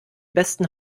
besten